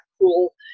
cool